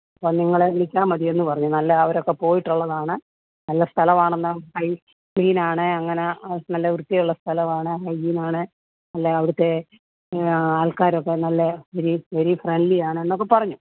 നിങ്ങളെ വിളിച്ചാൽ മതിയെന്ന് പറഞ്ഞു നല്ല അവരൊക്കെ പോയിട്ടുള്ളതാണ് നല്ല സ്ഥലം ആണെന്ന് ഹൈ ക്ലീൻ ആണ് അങ്ങനെ നല്ല വൃത്തിയുള്ള സ്ഥലമാണ് ഹൈജീൻ ആണ് അല്ല അവിടുത്തെ ആൾക്കാരൊക്കെ നല്ല വെരി വെരി ഫ്രണ്ട്ലി ആണ് എന്നൊക്കെ പറഞ്ഞു